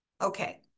Okay